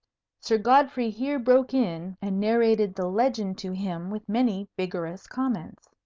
sir godfrey here broke in and narrated the legend to him with many vigourous comments.